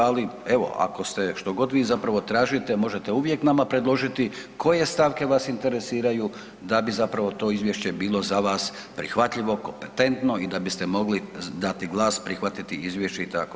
Ali evo ako ste što god vi zapravo tražite možete uvijek nama predložiti koje stavke vas interesiraju da bi zapravo to izvješće bilo za vas prihvatljivo, kompetentno i da biste mogli dati glas, prihvatiti izvješće i tako.